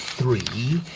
three,